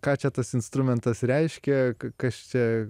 ką čia tas instrumentas reiškia kas čia